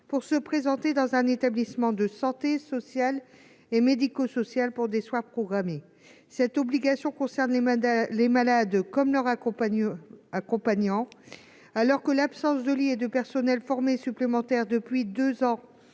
pour se rendre dans un établissement de santé, social et médico-social, pour des soins programmés. Cette obligation concerne les malades comme leurs accompagnants. Alors que, en l'absence de lits et de personnels formés supplémentaires depuis deux ans,